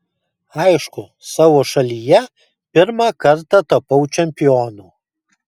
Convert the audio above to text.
aišku savo šalyje pirmą kartą tapau čempionu